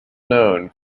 known